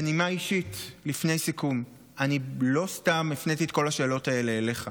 בנימה אישית לפני סיכום: אני לא סתם הפניתי את כל השאלות האלה אליך.